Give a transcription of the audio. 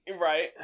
right